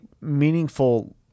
meaningful